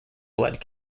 blood